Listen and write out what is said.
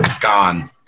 gone